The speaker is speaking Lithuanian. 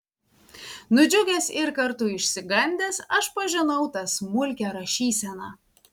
nudžiugęs ir kartu išsigandęs aš pažinau tą smulkią rašyseną